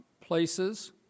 places